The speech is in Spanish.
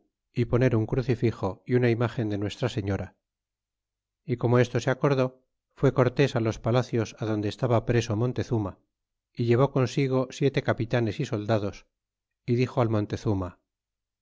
é poner un crucifixo e una imagen de nuestra señora y como esto se acordó fué cortés los palacios adonde estaba preso montezuma y llevó consigo siete capitanes y soldados é dixo al montezuma